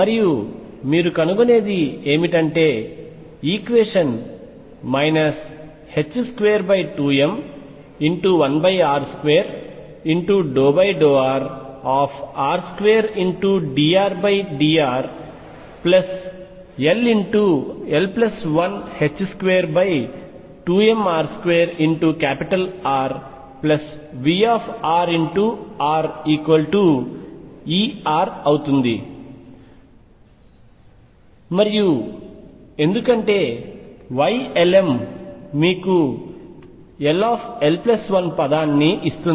మరియు మీరు కనుగొనేది ఏమిటంటే ఈక్వేషన్ 22m1r2∂r r2dRdrll122mr2RVrRER అవుతుంది మరియు ఎందుకంటే Ylm మీకు ll1 పదం ఇస్తుంది